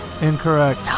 Incorrect